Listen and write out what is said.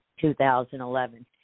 2011